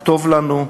"כתוב לנו",